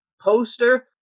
poster